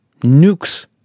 Nukes